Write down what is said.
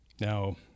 Now